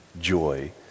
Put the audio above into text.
joy